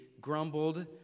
grumbled